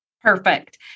Perfect